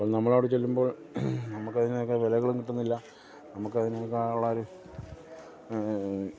അപ്പം നമ്മൾ അവിടെ ചെല്ലുമ്പോൾ നമുക്ക് അതിനൊക്കെ വിലകളും കിട്ടുന്നില്ല നമുക്ക് അതിനൊക്കെ ഉള്ള ഒരു